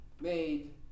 made